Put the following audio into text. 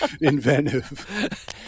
inventive